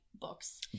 books